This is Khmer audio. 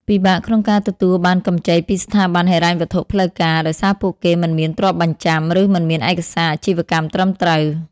ពិបាកក្នុងការទទួលបានកម្ចីពីស្ថាប័នហិរញ្ញវត្ថុផ្លូវការ ដោយសារពួកគេមិនមានទ្រព្យបញ្ចាំ ឬមិនមានឯកសារអាជីវកម្មត្រឹមត្រូវ ។